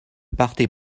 partez